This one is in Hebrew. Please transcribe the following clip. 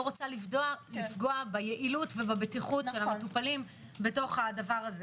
רוצה לפגוע ביעילות ובבטיחות של המטופלים בדבר הזה.